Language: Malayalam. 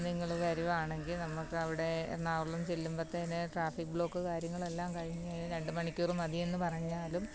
നിങ്ങൾ വരുവാണെങ്കിൽ നമ്മൾക്ക് അവിടെ എറണാകുളം ചെല്ലുമ്പത്തേക്ക് ട്രാഫിക് ബ്ലോക്ക് കാര്യങ്ങളെല്ലാം കഴിഞ്ഞ് രണ്ട് മണിക്കൂർ മതിയെന്ന് പറഞ്ഞാലും